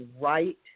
right